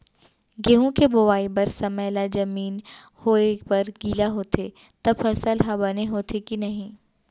गेहूँ के बोआई बर समय ला जमीन होये बर गिला होथे त फसल ह बने होथे की नही?